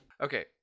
Okay